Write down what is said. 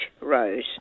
rose